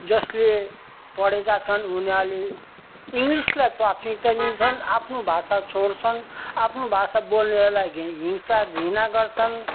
जसले पढेका छन् उनीहरूले इङ्गलिसलाई प्राथमिकता दिन्छन् आफ्नो भाषा छोड्छन् आफ्नो भाषा बोल्नेलाई घि हिंसा घृणा गर्छन्